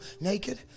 naked